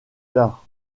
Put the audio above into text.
tard